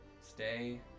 Stay